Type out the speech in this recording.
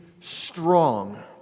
strong